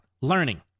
learning